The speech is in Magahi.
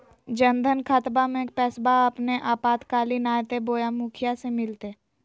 जन धन खाताबा में पैसबा अपने आपातकालीन आयते बोया मुखिया से मिलते?